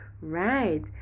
Right